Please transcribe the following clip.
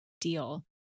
deal